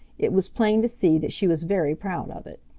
it was plain to see that she was very proud of it.